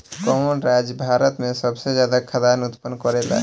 कवन राज्य भारत में सबसे ज्यादा खाद्यान उत्पन्न करेला?